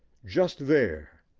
just there,